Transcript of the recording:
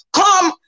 come